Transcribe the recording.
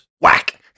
Whack